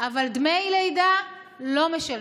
אבל דמי לידה לא משלמים.